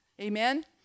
Amen